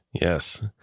yes